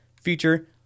feature